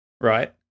right